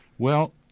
well,